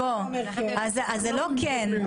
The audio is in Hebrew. אז זה לא כן.